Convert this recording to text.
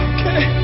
Okay